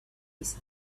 his